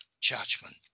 judgment